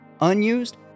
Unused